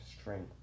strength